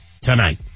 tonight